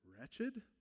wretched